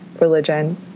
religion